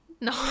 No